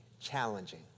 challenging